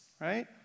right